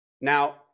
Now